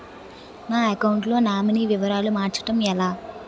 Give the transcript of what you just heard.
నా అకౌంట్ లో నామినీ వివరాలు మార్చటం ఎలా?